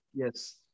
Yes